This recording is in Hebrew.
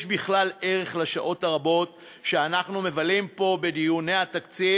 יש בכלל ערך לשעות הרבות שאנחנו מבלים פה בדיוני התקציב?